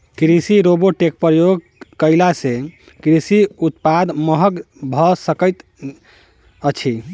कृषि रोबोटक प्रयोग कयला सॅ कृषि उत्पाद महग भ सकैत अछि